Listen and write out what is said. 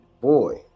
boy